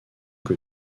que